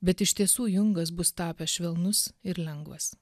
bet iš tiesų jungas bus tapęs švelnus ir lengvas